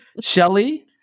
Shelly